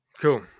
Cool